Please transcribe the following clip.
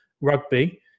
rugby